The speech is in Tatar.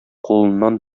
кулыннан